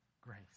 grace